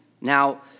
Now